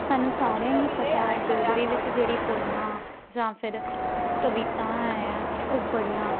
सानूं सारें गी पता ऐ डोगरी बिच्च जेह्ड़ी पोइमां ऐ जां फिर कवितां है ऐं ओह् बड़ियां